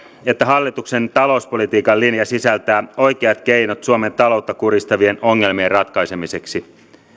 että hallituksen talouspolitiikan linja sisältää oikeat keinot suomen taloutta kurjistavien ongelmien ratkaisemiseksi